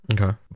Okay